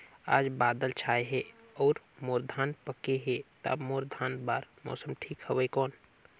आज बादल छाय हे अउर मोर धान पके हे ता मोर धान बार मौसम ठीक हवय कौन?